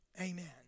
Amen